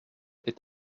est